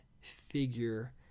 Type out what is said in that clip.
figure